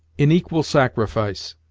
in equal sacrifice